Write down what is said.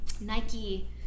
Nike